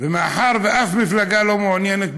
ומאחר שאף מפלגה לא מעוניינת בבחירות,